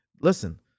Listen